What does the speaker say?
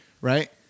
right